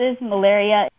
malaria